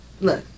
Look